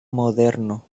moderno